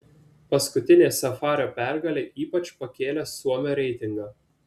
paskutinė safario pergalė ypač pakėlė suomio reitingą